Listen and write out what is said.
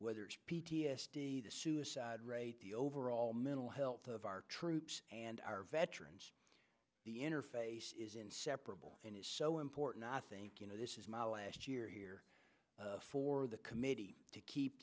whether it's p t s d the suicide rate the overall mental health of our troops and our veterans the interface is inseparable and it's so important i think you know this is my last year here for the committee to keep